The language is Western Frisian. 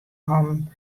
hannen